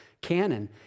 canon